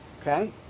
Okay